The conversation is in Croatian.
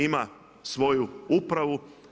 Ima svoju upravu.